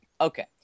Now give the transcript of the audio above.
Okay